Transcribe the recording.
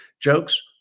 jokes